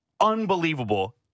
unbelievable